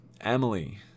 Emily